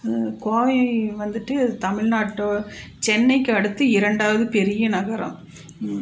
கோவை வந்துவிட்டு தமிழ்நாட்டு சென்னைக்கு அடுத்து இரண்டாவது பெரிய நகரம்